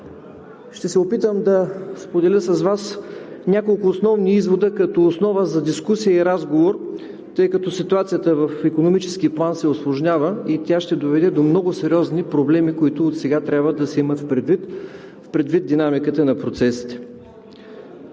Ще се опитам да споделя с Вас няколко основни извода като основа за дискусия и разговор, тъй като ситуацията в икономически план се усложнява и тя ще доведе до много сериозни проблеми, които отсега трябва да се имат предвид, предвид динамиката на процесите.